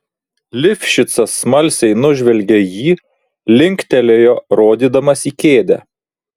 lifšicas smalsiai nužvelgė jį linktelėjo rodydamas į kėdę